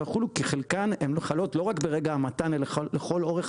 יחולו כי חלקן הן חלות לא רק ברגע המתן אלא לכל אורך